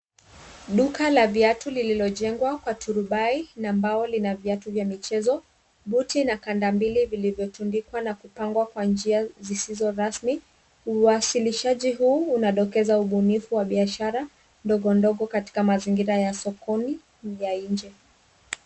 Duka la viatu lililojengwa kwa turubai na mbao lina viatu vya michezo, buti na kanda mbili vilivyotundikwa na kupangwa kwa njia zisizo rasmi. Uwasilishaji huu unadokeza ubunifu wa biashara ndogo ndogo katika mazingira ya sokoni ya nje.